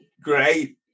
Great